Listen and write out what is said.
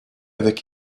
avec